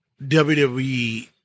WWE